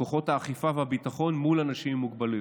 כוחות האכיפה והביטחון מול אנשים עם מוגבלויות.